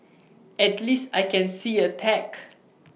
at least I can see A tag